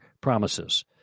promises